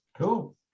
Cool